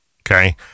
Okay